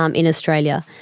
um in australia.